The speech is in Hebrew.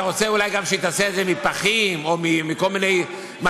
אתה רוצה אולי גם שהיא תעשה את זה מפחים או מכל מיני מתכות,